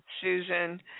Susan